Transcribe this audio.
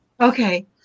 okay